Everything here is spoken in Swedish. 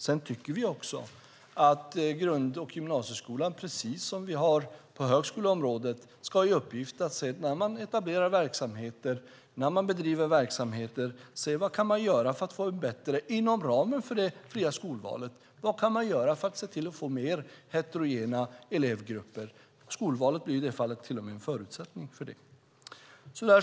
Sedan tycker vi också att grund och gymnasieskolan, precis som på högskoleområdet, ska ha i uppgift att när man etablerar och bedriver verksamhet se vad man - inom ramen för det fria skolvalet - kan göra för att få mer heterogena elevgrupper. Skolvalet blir i det fallet till och med en förutsättning för det.